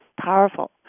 powerful